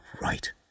right